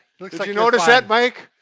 like so you notice that, mike?